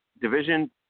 Division